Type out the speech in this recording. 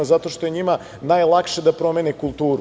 Zato što je njima najlakše da promene kulturu.